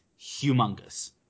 humongous